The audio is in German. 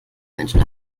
menschen